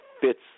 fits